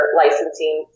licensing